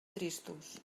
tristos